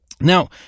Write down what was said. Now